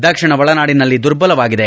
ದಕ್ಷಿಣ ಒಳನಾಡಿನಲ್ಲಿ ದುರ್ಬಲವಾಗಿದೆ